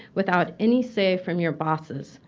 without any say from your bosses,